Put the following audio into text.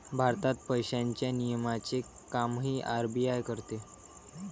भारतात पैशांच्या नियमनाचे कामही आर.बी.आय करते